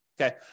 Okay